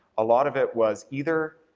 a lot of it was either